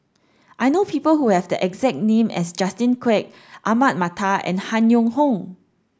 I know people who have the exact name as Justin Quek Ahmad Mattar and Han Yong Hong